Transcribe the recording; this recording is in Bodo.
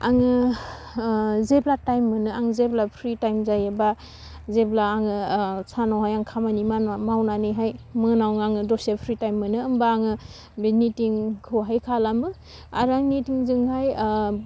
आङो ओह जेब्ला टाइम मोनो आं जेब्ला फ्रि टाइम जायो बा जेब्ला आङो सानावहाय आं खामानि माव मावनानैहाय मोनाव आङो दसे फ्रि टाइम मोनो होमबा आङो बे निथिंखौहाय खालामो आरो आं निथिंजोंहाय